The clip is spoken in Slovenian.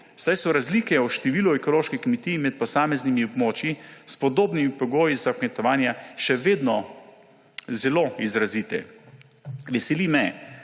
saj so razlike v številu ekoloških kmetij med posameznimi območji s podobnimi pogoji za kmetovanje še vedno zelo izrazite. Veseli me,